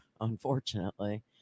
unfortunately